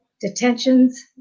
detentions